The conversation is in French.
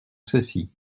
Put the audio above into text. ceci